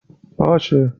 باشه